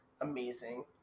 amazing